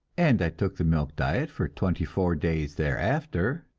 and i took the milk diet for twenty four days thereafter,